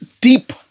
deep